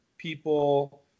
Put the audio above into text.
People